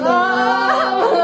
Love